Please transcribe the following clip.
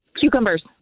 Cucumbers